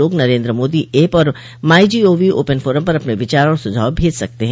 लोग नरेन्द्र मोदी ऐप और MyGov open forum पर अपने विचार और सुझाव भेज सकते हैं